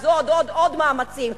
אז עוד ועוד מאמצים.